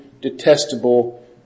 detestable